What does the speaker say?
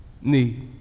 need